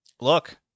Look